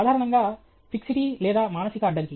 సాధారణంగా ఫిక్సిటీ లేదా మానసిక అడ్డంకి